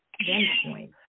standpoint